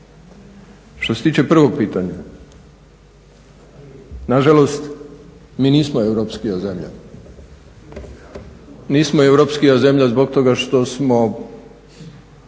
Što se tiče prvog pitanja, nažalost mi nismo europskija zemlja, nismo europskija zemlja zbog toga što smo,